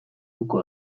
uko